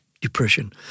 depression